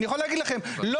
אחרי סעיף קטן (א) יבוא: "(א1)